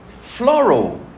floral